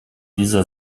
dieser